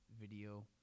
video